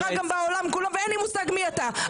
שתי דקות --- גם בעולם כולו ואין לי מושג מי אתה.